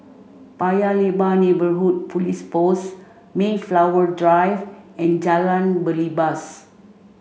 Paya Lebar Neighbourhood Police Post Mayflower Drive and Jalan Belibas